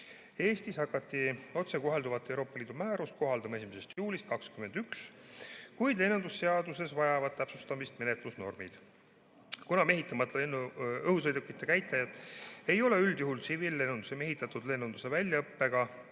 Eestis hakati otsekohalduvat Euroopa Liidu määrust kohaldama 1. juulist 2021, kuid lennundusseaduses vajavad täpsustamist menetlusnormid. Kuna mehitamata õhusõidukite käitlejad ei ole üldjuhul tsiviillennunduse mehitatud lennunduse väljaõppega